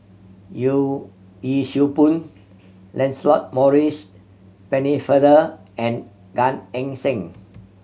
Yee Siew Pun Lancelot Maurice Pennefather and Gan Eng Seng